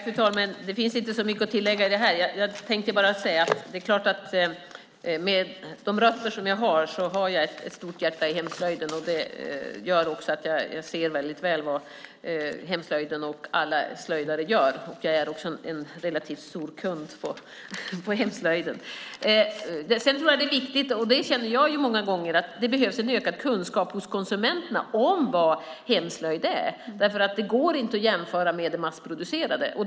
Fru talman! Det finns inte så mycket att tillägga i detta. Med de rötter jag har är det klart att jag har ett stort hjärta i hemslöjden. Det gör att jag ser väldigt väl vad hemslöjden och alla slöjdare gör. Jag är också en relativt stor kund på hemslöjden. Jag känner många gånger att det behövs en ökad kunskap hos konsumenterna om vad hemslöjd är. Det går inte att jämföra med det massproducerade.